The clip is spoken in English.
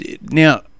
Now